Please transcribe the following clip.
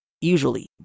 Usually